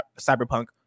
cyberpunk